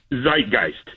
Zeitgeist